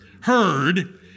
heard